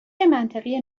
منطقی